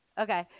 okay